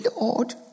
Lord